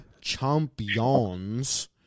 champions